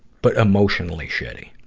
but emotionally shitty?